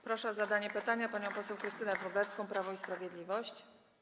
Proszę o zadanie pytania panią poseł Krystynę Wróblewską, Prawo i Sprawiedliwość.